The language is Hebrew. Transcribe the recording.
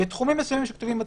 בתחומים מסוימים שכתובים בתקנון,